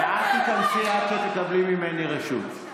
תיכנסי עד שתקבלי ממני רשות.